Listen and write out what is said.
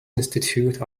institute